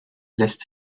lässt